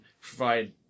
provide